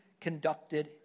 conducted